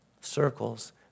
circles